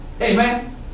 amen